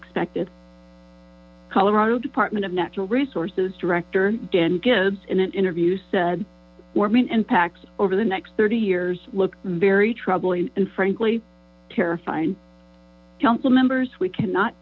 expected colorado department of natural resources director dan gibbs in an interview said warming impacts over the next thirty years look very troubling and frankly terrifying council members we cannot